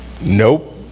Nope